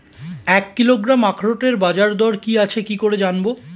এক কিলোগ্রাম আখরোটের বাজারদর কি আছে কি করে জানবো?